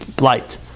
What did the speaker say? light